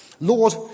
Lord